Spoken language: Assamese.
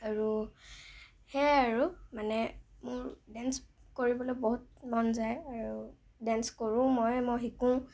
আৰু সেয়াই আৰু মানে মোৰ ডেন্স কৰিবলৈ বহুত মন যায় আৰু ডেন্স কৰোঁও মই মই শিকোঁ